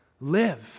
live